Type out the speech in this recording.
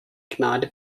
gnade